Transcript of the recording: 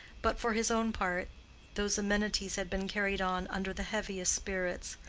but for his own part those amenities had been carried on under the heaviest spirits.